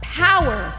power